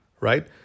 right